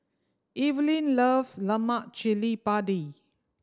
Evelin loves lemak cili padi